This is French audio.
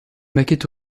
maquette